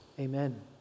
Amen